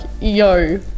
Yo